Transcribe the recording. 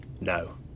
No